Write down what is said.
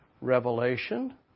revelation